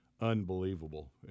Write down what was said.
unbelievable